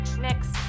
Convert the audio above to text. next